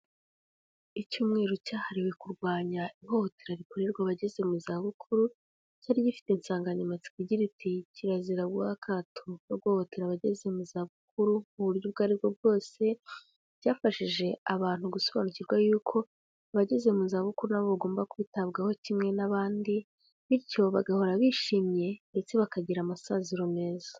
Icyumweru cyahariwe kurwanya ihohotera rikorerwa abageze mu zabukuru, cyari gifite insanganyamatsiko igira, iti kirazira guha akato no guhohotera abageze mu zabukuru mu buryo ubwo aribwo bwose, byafashije abantu gusobanukirwa yuko, abageze mu zabukuru na bo bagomba kwitabwaho kimwe n'abandi, bityo bagahora bishimye ndetse bakagira amasaziro meza.